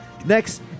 Next